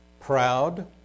proud